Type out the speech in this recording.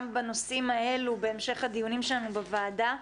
בנושאים האלה בהמשך הדיונים שלנו בוועדה.